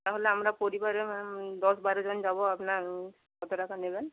তাহলে আমরা পরিবারের দশ বারো জন যাবো আপনার কত টাকা নেবেন